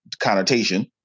connotation